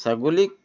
ছাগলীক